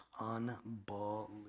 Unbelievable